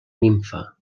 nimfa